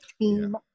team